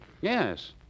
Yes